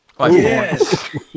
Yes